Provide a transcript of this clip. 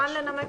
קרעי,